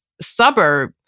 suburb